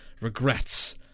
regrets